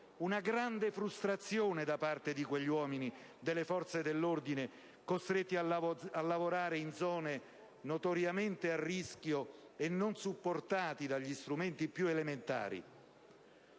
una grande frustrazione da parte di quegli uomini delle Forze dell'ordine, costretti a lavorare in zone notoriamente a rischio e non supportati dagli strumenti più elementari.